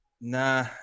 Nah